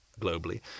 globally